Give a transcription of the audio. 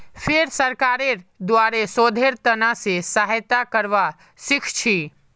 फेर सरकारेर द्वारे शोधेर त न से सहायता करवा सीखछी